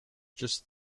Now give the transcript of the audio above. just